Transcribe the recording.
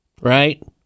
Right